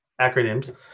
acronyms